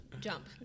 jump